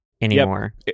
anymore